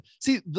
See